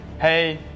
hey